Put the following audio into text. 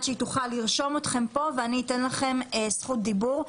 שהיא תוכל לרשום אתכם ואני אתם לכם זכות דיבור.